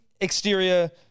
exterior